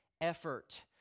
effort